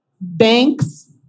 banks